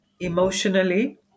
emotionally